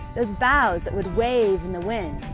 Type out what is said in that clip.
those boughs that would wave in the wind,